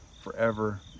forever